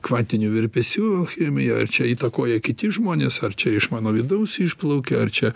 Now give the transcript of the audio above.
kvantinių virpesių chemija ar čia įtakoja kiti žmonės ar čia iš mano vidaus išplaukia ar čia